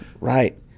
right